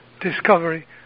discovery